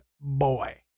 Boy